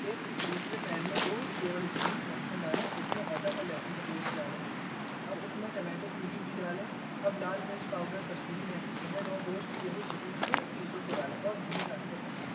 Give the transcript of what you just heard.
एक दूसरे पैन में दो टेबल इस्पुन मक्खन डालें इसमें अदरक और लेहसून का पेस्ट डालें अब इसमें टमैटो प्यूरी भी डालें अब लाल मिर्च पाउडर कसूरी मेथी शहद और रोस्ट किए हुए चिकेन को पीसों को डालें और धीमी आंच पर पकाएं